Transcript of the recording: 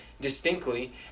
distinctly